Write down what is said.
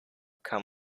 kann